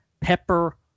Pepper